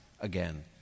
again